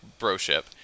broship